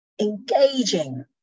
engaging